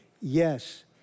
Yes